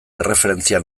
erreferentzia